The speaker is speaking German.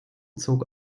zog